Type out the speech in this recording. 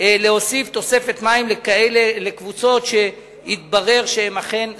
להוסיף תוספת מים לקבוצות שיתברר שהן אכן זכאיות,